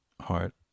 heart